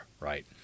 right